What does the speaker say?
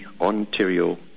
Ontario